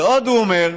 ועוד הוא אומר,